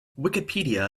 wikipedia